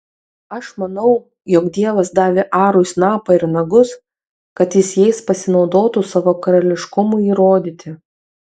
aš manau jog dievas davė arui snapą ir nagus kad jis jais pasinaudotų savo karališkumui įrodyti